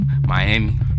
Miami